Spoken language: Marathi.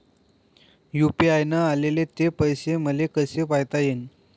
यू.पी.आय न आले ते पैसे मले कसे पायता येईन?